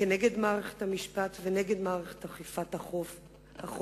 נגד מערכת המשפט ונגד מערכת אכיפת החוק,